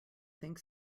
think